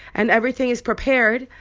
and everything is prepared.